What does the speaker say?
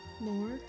More